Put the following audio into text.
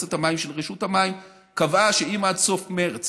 מועצת המים של רשות המים, קבעה שאם עד סוף מרס